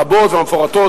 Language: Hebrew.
הרבות והמפורטות,